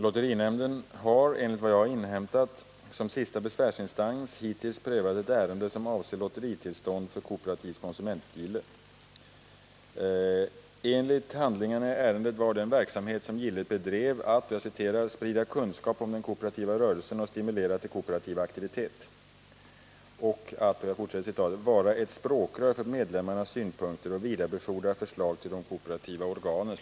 Lotterinämnden har enligt vad jag inhämtat som sista besvärsinstans hittills prövat ett ärende som avser lotteritillstånd för kooperativt konsumentgille. Enligt handlingarna i ärendet var den verksamhet som gillet bedrev att ”sprida kunskap om den kooperativa rörelsen och stimulera till kooperativ aktivitet” och att ”vara ett språkrör för medlemmarnas synpunkter och vidarebefordra förslag till de kooperativa organen”.